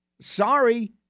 Sorry